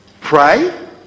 Pray